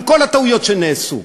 עם כל הטעויות שנעשו.